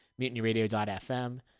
mutinyradio.fm